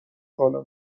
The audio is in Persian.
سالم